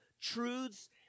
truths